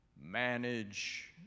manage